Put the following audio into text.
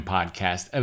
Podcast